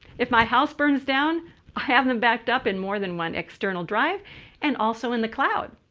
if my house burns down, i have them backed up in more than one external drive and also in the cloud.